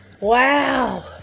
Wow